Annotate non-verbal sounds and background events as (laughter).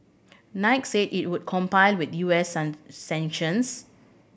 Nike said it would comply with U S (unintelligible) sanctions